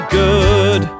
good